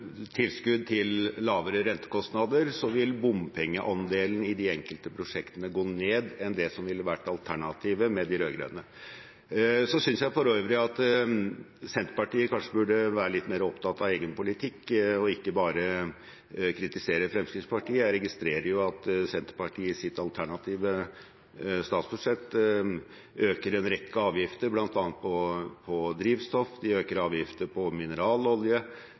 tilskudd til lavere rentekostnader, vil bompengeandelen i de enkelte prosjektene gå ned i forhold til det som ville vært alternativet med de rød-grønne. Så synes jeg for øvrig at Senterpartiet kanskje burde være litt mer opptatt av egen politikk og ikke bare kritisere Fremskrittspartiet. Jeg registrerer at Senterpartiet i sitt alternative statsbudsjett øker en rekke avgifter, bl.a. på drivstoff, de øker avgifter på mineralolje,